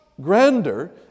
grander